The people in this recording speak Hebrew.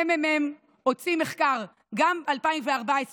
הממ"מ הוציא מחקר ב-2014,